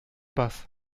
bass